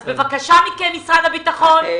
אז בבקשה מכם משרד הביטחון,